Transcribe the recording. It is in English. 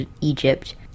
Egypt